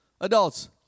Adults